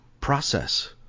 process